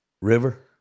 river